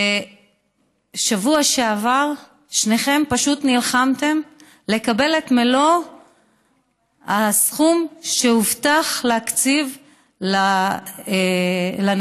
בשבוע שעבר שניכם פשוט נלחמתם לקבל את מלוא הסכום שהובטח להקציב לנכים,